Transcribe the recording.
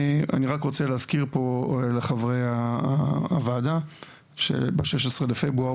אני רק רוצה להזכיר פה לחבריי הוועדה שב-16 בפברואר,